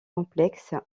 complexe